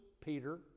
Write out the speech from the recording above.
Peter